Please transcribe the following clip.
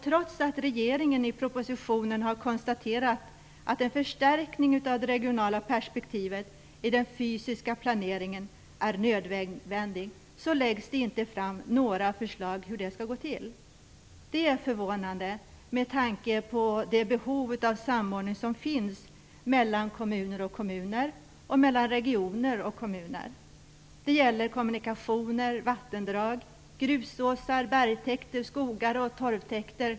Trots att regeringen i propositionen har konstaterat att en förstärkning av det regionala perspektivet i den fysiska planeringen är nödvändig läggs det inte fram några förslag om hur detta skall gå till. Det är förvånande, med tanke på det behov av samordning som finns mellan olika kommuner och mellan regioner och kommuner. Det gäller bl.a. kommunikationer, vattendrag, grusåsar, bergstäkter, skogar och torvtäkter.